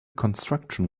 construction